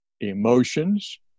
Emotions